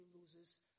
loses